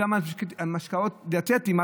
גם על משקאות דיאטטיים,